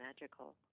magical